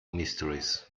mysteries